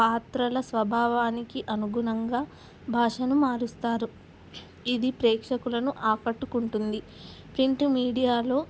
పాత్రల స్వభావానికి అనుగుణంగా భాషను మారుస్తారు ఇది ప్రేక్షకులను ఆకట్టుకుంటుంది ప్రింట్ మీడియాలో